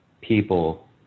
people